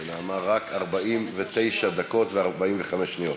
שנאמה רק 49 דקות ו-45 שניות.